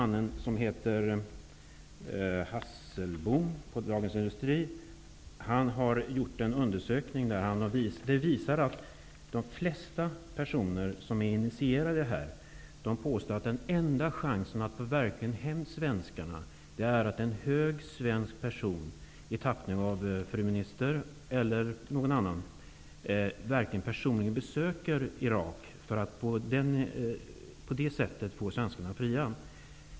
Anders Hasselbohm på Dagens Industri har dock gjort en undersökning som visar att de flesta initierade personer påstår att den enda chansen att verkligen få hem svenskarna är att en hög svensk person, fru utrikesministern eller någon annan, verkligen själv besöker Irak för att få svenskarna fria.